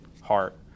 heart